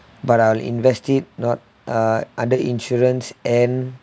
but I'll invest it not uh under insurance and